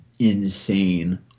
insane